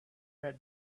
read